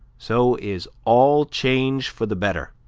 so is all change for the better,